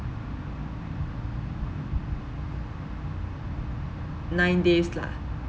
nine days lah